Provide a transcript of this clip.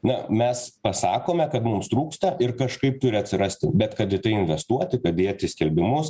na mes pasakome kad mums trūksta ir kažkaip turi atsirasti bet kad investuoti kad dėti skelbimus